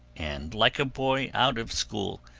and, like a boy out of school,